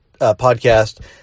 podcast